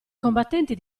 combattenti